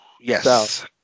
Yes